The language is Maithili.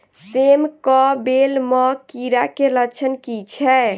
सेम कऽ बेल म कीड़ा केँ लक्षण की छै?